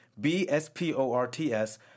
B-S-P-O-R-T-S